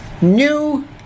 new